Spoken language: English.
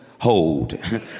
hold